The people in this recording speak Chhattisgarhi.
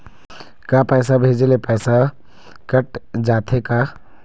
का पैसा भेजे ले पैसा कट जाथे का?